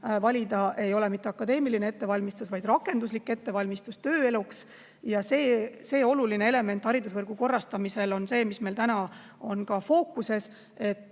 valida, see ei ole mitte akadeemiline ettevalmistus, vaid rakenduslik ettevalmistus tööeluks. See oluline element haridusvõrgu korrastamisel on meil täna fookuses.